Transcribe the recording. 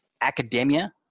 academia